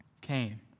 came